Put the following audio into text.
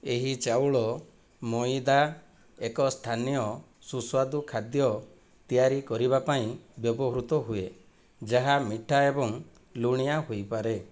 ଏହି ଚାଉଳ ମଇଦା ଏକ ସ୍ଥାନୀୟ ସୁସ୍ୱାଦୁ ଖାଦ୍ୟ ତିଆରି କରିବା ପାଇଁ ବ୍ୟବହୃତ ହୁଏ ଯାହା ମିଠା ଏବଂ ଲୁଣିଆ ହୋଇପାରେ